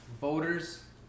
voters